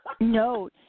No